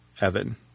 Evan